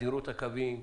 תדירות הקווים,